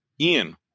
Ian